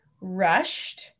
rushed